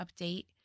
update